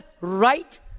right